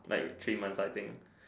like with three months I think